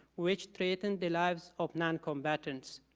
which threatened the lives of noncombatants.